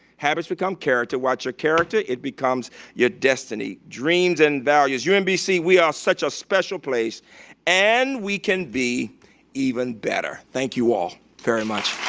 habits become character. watch your character, it becomes your destiny, dreams and values. umbc, we are such a special place and we can be even better. thank you all very much.